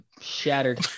Shattered